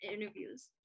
interviews